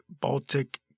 Baltic